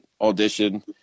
audition